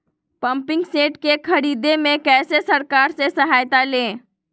Pumping set के ख़रीदे मे कैसे सरकार से सहायता ले?